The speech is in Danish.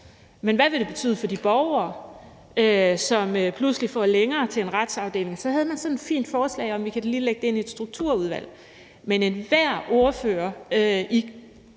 Men hvad vil det betyde for de borgere, som pludselig får længere til en retsafdeling? Så havde man sådan et fint forslag om, at man da lige kunne lægge det ind i et strukturudvalg. Men enhver ordfører i